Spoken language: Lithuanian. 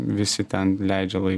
visi ten leidžia laiką